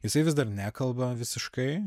jisai vis dar nekalba visiškai